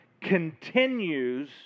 continues